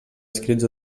escrits